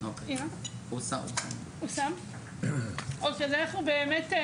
אז אנחנו באמת,